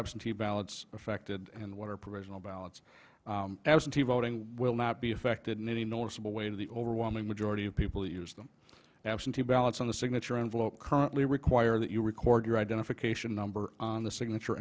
absentee ballots affected and what are provisional ballots absentee voting and will not be affected in any noticeable way to the overwhelming majority of people use them absentee ballots on the signature and vote currently require that you record your identification number on the signature